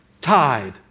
tide